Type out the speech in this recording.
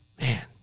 Man